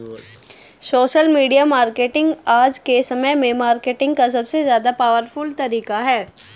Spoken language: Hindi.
सोशल मीडिया मार्केटिंग आज के समय में मार्केटिंग का सबसे ज्यादा पॉवरफुल तरीका है